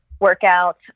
workout